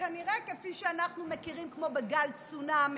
כנראה, כפי שאנחנו מכירים, כמו בגל צונאמי,